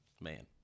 Man